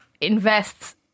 invests